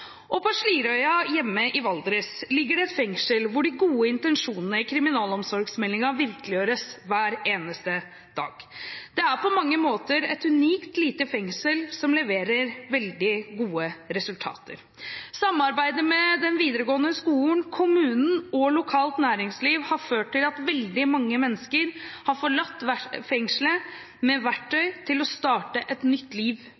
På Slidreøya hjemme i Valdres ligger det et fengsel hvor de gode intensjonene i kriminalomsorgsmeldingen virkeliggjøres hver eneste dag. Det er på mange måter et unikt, lite fengsel, som leverer veldig gode resultater. Samarbeidet med den videregående skolen, kommunen og lokalt næringsliv har ført til at veldig mange mennesker har forlatt fengselet med verktøy til å starte et nytt liv